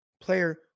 player